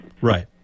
Right